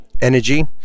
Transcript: energy